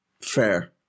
Fair